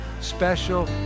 special